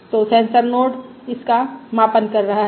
तो sensor node इस का मापन कर रहा है